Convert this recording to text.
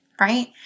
right